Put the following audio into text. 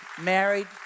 married